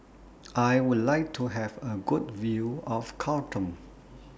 I Would like to Have A Good View of Khartoum